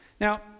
Now